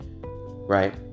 right